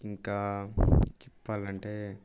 ఇంకా చెప్పాలంటే